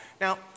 Now